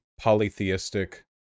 polytheistic